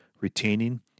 retaining